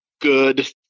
good